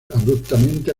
abruptamente